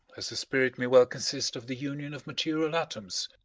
as the spirit may well consist of the union of material atoms.